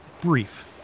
brief